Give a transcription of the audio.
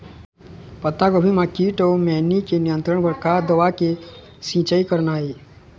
पत्तागोभी म कीट अऊ मैनी के नियंत्रण बर का दवा के छींचे करना ये?